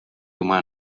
humà